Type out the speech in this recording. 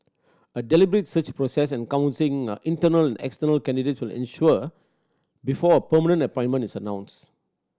a deliberate search process encompassing internal external candidates will ensue before a permanent appointment is announced